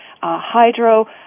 hydro